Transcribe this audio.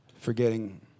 forgetting